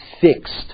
fixed